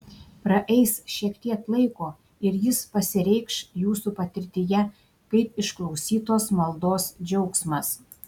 praeis šiek tiek laiko ir jis pasireikš jūsų patirtyje kaip išklausytos maldos džiaugsmas